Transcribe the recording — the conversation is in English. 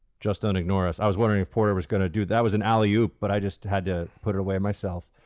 just don't ignore us. i was wondering if porter was going to do that was an alley-oop, but i just had to put it away myself.